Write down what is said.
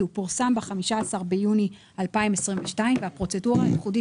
כי הוא פורסם ב-15 ביוני 2022. הפרוצדורה הייחודית